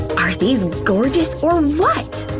are these gorgeous or what!